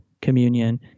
communion